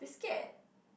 they scared